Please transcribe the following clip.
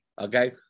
okay